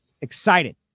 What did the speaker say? excited